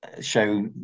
show